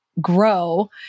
grow